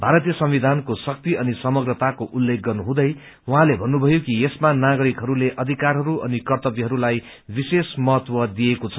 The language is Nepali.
भारतीय संविधानको शक्ति अनि समग्रताको उल्लेख गर्नुहुँदै उहाँले भन्नुभयो कि यसमा नागरिकहरूले अधिकारहरू अनि कर्त्तव्यहरूलाई विशेष महत्व दिइएको छ